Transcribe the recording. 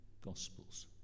Gospels